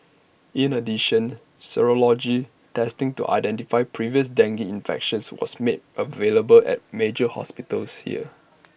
in addition serology testing to identify previous dengue infections was made available at major hospitals here